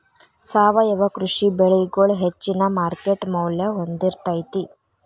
ಸಾವಯವ ಕೃಷಿ ಬೆಳಿಗೊಳ ಹೆಚ್ಚಿನ ಮಾರ್ಕೇಟ್ ಮೌಲ್ಯ ಹೊಂದಿರತೈತಿ